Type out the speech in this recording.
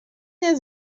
nie